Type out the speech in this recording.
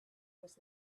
was